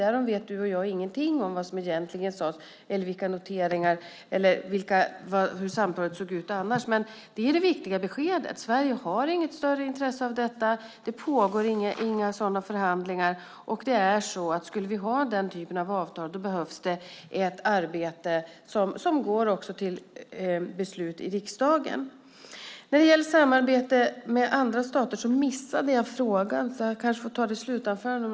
Du och jag vet egentligen ingenting om vad som egentligen sades eller hur samtalet fördes. Det viktiga beskedet är att Sverige inte har något större intresse av detta. Det pågår inga sådana förhandlingar. Och skulle vi ha den typen av avtal skulle det behövas ett arbete som går för beslut till riksdagen. När det gäller samarbete med andra stater missade jag frågan. Om du upprepar den kanske jag kan besvara den i slutanförandet.